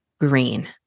green